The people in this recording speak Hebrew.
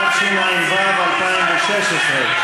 התשע"ו 2016,